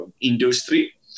industry